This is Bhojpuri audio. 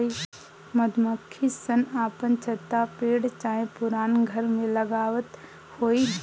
मधुमक्खी सन अपन छत्ता पेड़ चाहे पुरान घर में लगावत होई